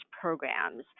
programs